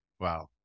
Wow